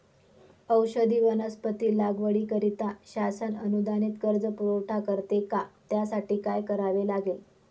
औषधी वनस्पती लागवडीकरिता शासन अनुदानित कर्ज पुरवठा करते का? त्यासाठी काय करावे लागेल?